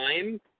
time